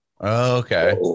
Okay